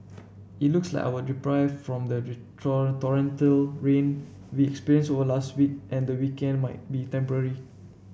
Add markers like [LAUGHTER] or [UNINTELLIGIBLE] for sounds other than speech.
it looks like our reprieve from the [UNINTELLIGIBLE] torrential rain we experienced over last week and the weekend might be temporary